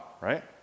right